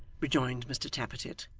rejoined mr tappertit,